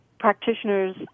practitioners